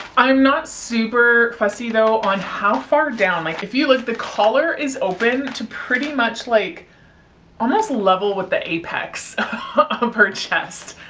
i'm not super fussy though on how far down, like if you look, the collar is open to pretty much like almost level with the apex of her chest.